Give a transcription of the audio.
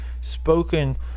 spoken